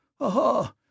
Aha